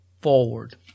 forward